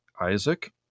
Isaac